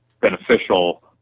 beneficial